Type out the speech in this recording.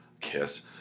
kiss